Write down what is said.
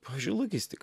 pavyzdžiui logistika